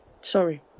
Sorry